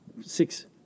six